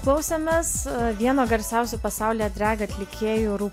klausėmės vieno garsiausių pasaulyje drag atlikėjų rū